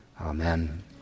Amen